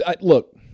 Look